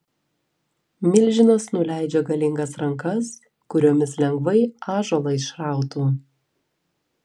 milžinas nuleidžia galingas rankas kuriomis lengvai ąžuolą išrautų